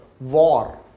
war